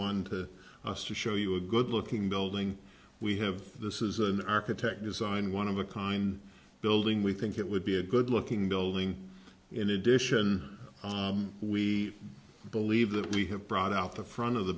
want to us to show you a good looking building we have this is an architect design one of a kind building we think it would be a good looking building in addition we believe that we have brought out the front of the